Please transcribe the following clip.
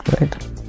Right